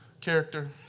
character